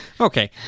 Okay